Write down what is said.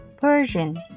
Persian